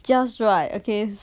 just write okay